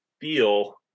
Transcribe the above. feel